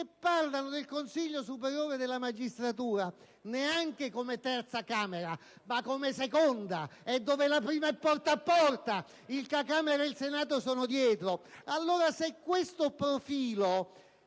parlano del Consiglio superiore della magistratura, neanche come terza Camera, ma come seconda e dove la prima è «Porta a Porta», la Camera ed il Senato vengono dopo. Allora, se questo profilo